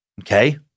okay